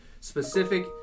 specific